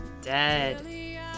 dead